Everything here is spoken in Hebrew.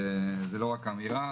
זו לא רק אמירה,